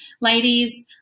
Ladies